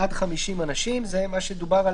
עד 50 אנשים."" זה מה שדובר,